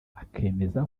akemeza